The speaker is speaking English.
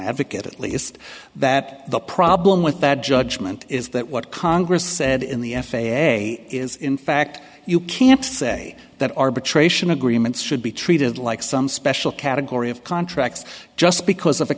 advocate at least that the problem with that judgment is that what congress said in the f a a is in fact you can't say that arbitration agreements should be treated like some special category of contracts just because of